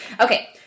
Okay